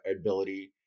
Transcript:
ability